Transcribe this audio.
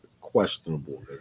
questionable